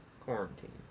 Quarantine